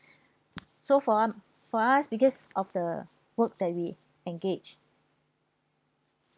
so for for us because of the work that we engage